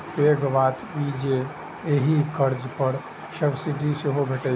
पैघ बात ई जे एहि कर्ज पर सब्सिडी सेहो भैटै छै